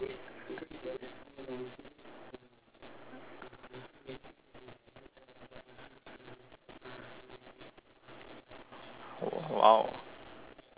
!wow!